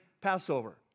Passover